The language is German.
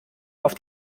auf